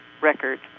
record